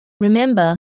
Remember